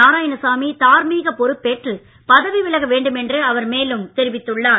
நாராயணசாமி தார்மீக பொறுப்பேற்று பதவி விலக வேண்டும் என்று அவர் மேலும் தெரிவித்துள்ளார்